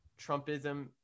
Trumpism